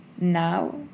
Now